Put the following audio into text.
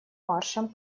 маршем